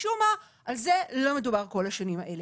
משום מה, על זה לא דובר בכל השנים האלה.